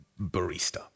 barista